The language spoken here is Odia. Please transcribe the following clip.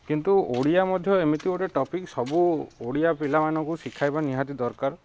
କିନ୍ତୁ ଓଡ଼ିଆ ମଧ୍ୟ ଏମିତି ଗୋଟେ ଟପିକ ସବୁ ଓଡ଼ିଆ ପିଲାମାନଙ୍କୁ ଶିଖାଇବା ନିହାତି ଦରକାର